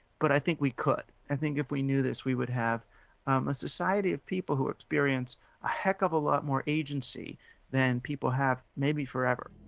but i think we could. i think if we knew this, we would have um a society of people who experience a heck of a lot more agency than people have maybe forever.